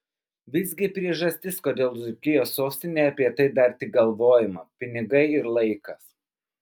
visgi priežastis kodėl dzūkijos sostinėje apie tai dar tik galvojama pinigai ir laikas